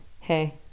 Hey